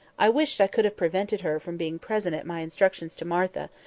i wished i could have prevented her from being present at my instructions to martha,